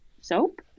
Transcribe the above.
soap